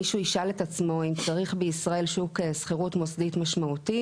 מישהו ישאל את עצמו אם צריך בישראל שוק שכירות מוסדית משמעותי.